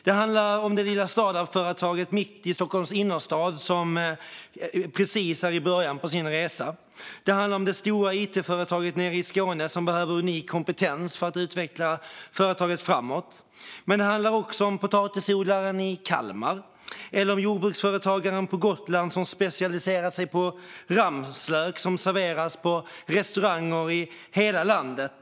Det handlar om det lilla startup-företaget mitt i Stockholms innerstad som precis är i början av sin resa. Det handlar om det stora it-företaget nere i Skåne som behöver unik kompetens för att utveckla företaget framåt. Men det handlar också om potatisodlaren i Kalmar och om jordbruksföretagaren på Gotland som specialiserat sig på ramslök som serveras på restauranger i hela landet.